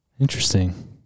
Interesting